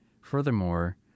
furthermore